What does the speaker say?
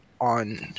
on